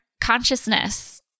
consciousness